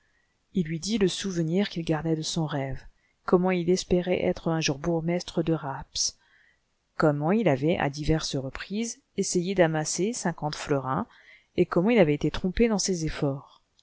il lui dit le souvenir qu'il gardait de son rêve comment il espérait être un jour bourgmestre de rapps comment il avait à diverses reprises essayé d'amasser cinquante florins et comment il avait été trompé dans ses efforts